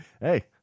Hey